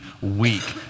weak